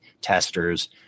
testers